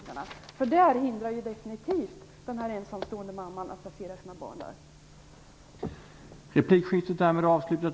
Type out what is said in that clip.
Dessa avgifter hindrar ju definitivt den ensamstående mamman att placera sina barn i en fristående skola.